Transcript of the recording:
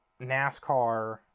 nascar